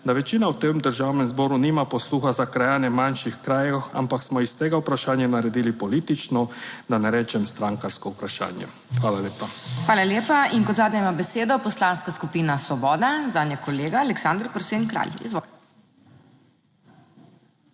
da večina v tem Državnem zboru nima posluha za krajane manjših krajev, ampak smo iz tega vprašanja naredili politično, da ne rečem strankarsko vprašanje. Hvala lepa. **PODPREDSEDNICA MAG. MEIRA HOT:** Hvala lepa. In kot zadnja ima besedo Poslanska skupina Svoboda, zanjo kolega Aleksander Prosen Kralj. Izvoli.